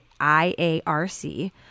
IARC